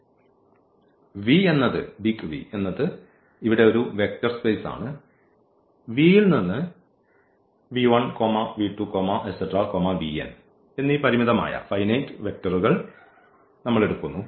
V എന്നത് ഇവിടെ ഒരു വെക്റ്റർ സ്പേസ് ആണ് V യിൽ നിന്ന് എന്നീ പരിമിതമായ വെക്റ്ററുകൾ എടുക്കുന്നു